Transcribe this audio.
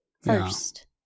First